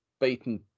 beaten